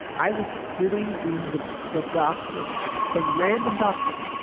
i was sitting in the the doctor some random doctor,